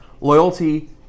loyalty